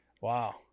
Wow